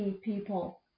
people